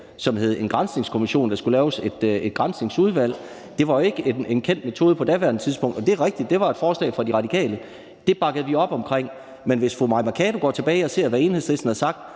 som hed en granskningskommission. Der skulle laves et Granskningsudvalg. Det var jo ikke en kendt metode på daværende tidspunkt. Og det er rigtigt, at det var et forslag fra De Radikale; det bakkede vi op om. Men hvis fru Mai Mercado går tilbage og ser på, hvad Enhedslisten har sagt,